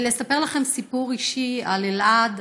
ולספר לכם סיפור אישי על אלעד,